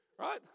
right